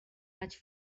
vaig